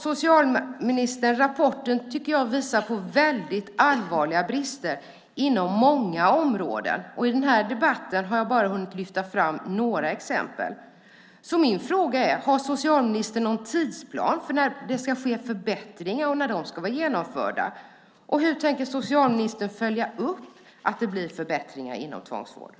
Socialministern, jag tycker att rapporten visar på väldigt allvarliga brister inom många områden, men i den här debatten har jag bara hunnit lyfta fram några exempel. Min fråga är: Har socialministern någon tidsplan för när det ska ske förbättringar och för när dessa ska vara genomförda, och hur tänker socialministern följa upp att det blir förbättringar inom tvångsvården?